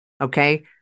Okay